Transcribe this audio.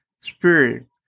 spirit